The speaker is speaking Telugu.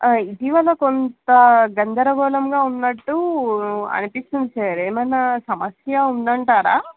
ఇటీవల కొంత గందరగోళంగా ఉన్నట్టు అనిపిస్తుంది సారు ఏమైన్నా సమస్య ఉందంటారా